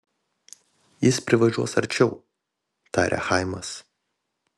jis privažiuos arčiau tarė chaimas